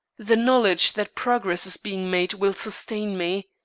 the knowledge that progress is being made will sustain me.